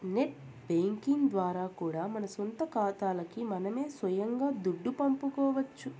net banking ద్వారా కూడా మన సొంత కాతాలకి మనమే సొయంగా దుడ్డు పంపుకోవచ్చు